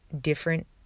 different